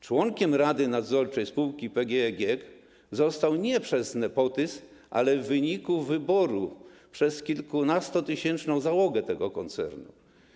Członkiem Rady Nadzorczej spółki PGE GiEK został nie przez nepotyzm, ale w wyniku wyboru przez kilkunastotysięczną załogę tego koncernu.